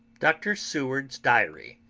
dr. seward's diary.